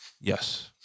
Yes